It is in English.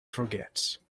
forgets